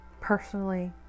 Personally